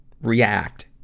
react